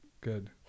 Good